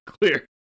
clear